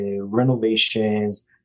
renovations